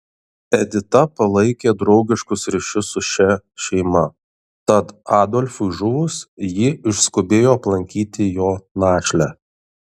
edita palaikė draugiškus ryšius su šia šeima tad adolfui žuvus ji išskubėjo aplankyti jo našlę